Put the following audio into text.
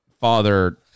Father